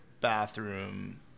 bathroom